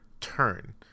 turn